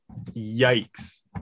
yikes